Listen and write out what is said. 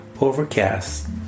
Overcast